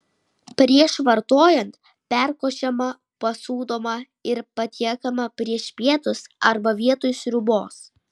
prieš vartojant perkošiama pasūdomą ir patiekiama prieš pietus arba vietoj sriubos